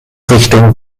richtung